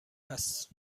هست